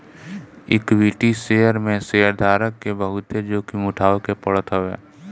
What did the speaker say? equity share में शेयरधारक के बहुते जोखिम उठावे के पड़त हवे